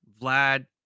Vlad